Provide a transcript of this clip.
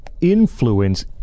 influence